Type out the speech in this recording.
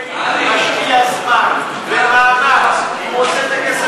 משקיע זמן ומאמץ והוא רוצה את הכסף,